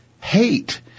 hate